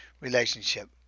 relationship